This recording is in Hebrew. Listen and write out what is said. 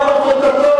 הוא אומר את עמדתו.